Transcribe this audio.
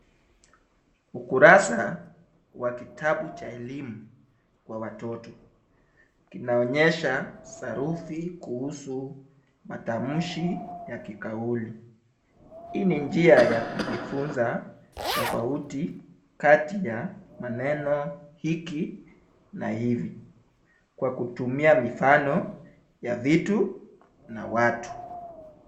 Ukurasa wa kitabu cha elimu wa watoto kinaonyesha sarufi kuhusu matamshi ya kikauli. Hii ni njia ya kujifunza tofauti kati ya maneno hiki na hivi kwa kutumia mifano ya vitu na watu.